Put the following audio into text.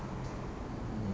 um